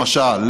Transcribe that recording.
למשל,